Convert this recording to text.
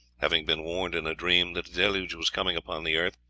having been warned in a dream that a deluge was coming upon the earth,